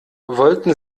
wollten